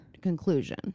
conclusion